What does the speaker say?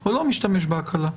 או לא משתמש בקהלה.